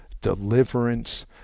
deliverance